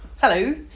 Hello